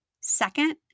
second